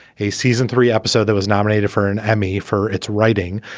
hey, season three episode that was nominated for an emmy for its writing.